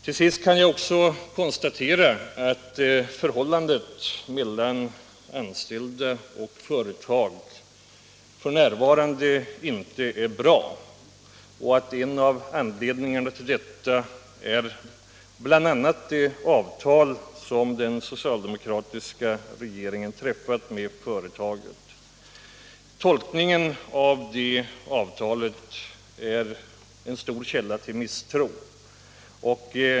Till sist kan jag också konstatera att förhållandet mellan anställda och företag f.n. inte är bra och att en av anledningarna till detta är det avtal som den socialdemokratiska regeringen träffat med företaget. Tolkningen av det avtalet är en källa till stor misstro.